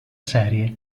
serie